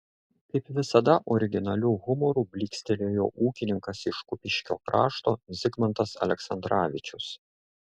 kaip visada originaliu humoru blykstelėjo ūkininkas iš kupiškio krašto zigmantas aleksandravičius